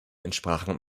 entsprachen